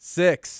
six